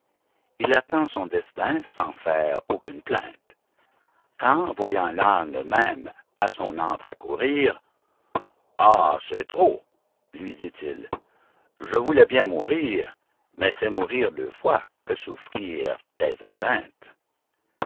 il attend son destin sans faire aucunes plaintes quand voyant l'âne même à son antre accourir ah c'est trop lui dit-il je voulais bien mourir mais c'est mourir deux fois que souffrir tes atteintes